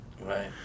Right